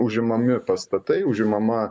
užimami pastatai užimama